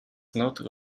not